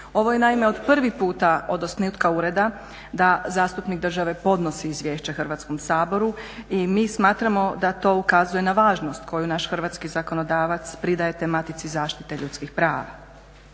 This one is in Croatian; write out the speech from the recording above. Ovo je naime od prvi puta od osnutka ureda da zastupnik države podnosi izvješća Hrvatskom saboru i mi smatramo da to ukazuje na važnost koju naš hrvatski zakonodavac pridaje tematici zaštite ljudskih prava.